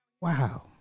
Wow